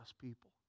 people